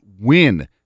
win